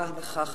תודה רבה לך,